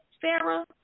sarah